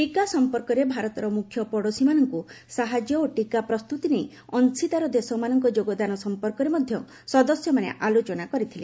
ଟିକା ସମ୍ପର୍କରେ ଭାରତର ମୁଖ୍ୟ ପଡ଼ୋଶୀମାନଙ୍କୁ ସାହାଯ୍ୟ ଓ ଟିକା ପ୍ରସ୍ତୁତି ନେଇ ଅଂଶୀଦାର ଦେଶମାନଙ୍କ ଯୋଗଦାନ ସମ୍ପର୍କରେ ମଧ୍ୟ ସଦସ୍ୟମାନେ ଆଲୋଚନା କରିଥିଲେ